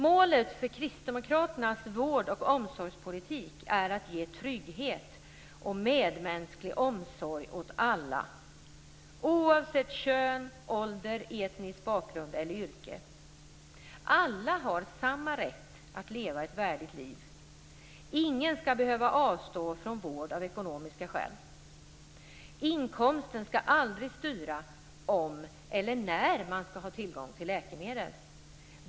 Målet för Kristdemokraternas vård och omsorgspolitik är att ge trygghet och medmänsklig omsorg åt alla oavsett kön, ålder, etnisk bakgrund eller yrke. Alla har samma rätt att leva ett värdigt liv. Ingen skall behöva avstå från vård av ekonomiska skäl. Inkomsten skall aldrig styra om eller när man skall ha tillgång till läkemedel.